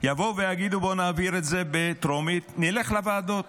יבואו ויגידו: נעביר את זה בטרומית, נלך לוועדות